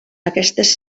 aquestes